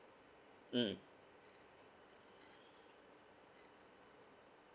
mm